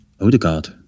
Odegaard